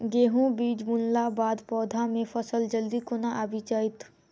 गेंहूँ बीज बुनला बाद पौधा मे फसल जल्दी केना आबि जाइत?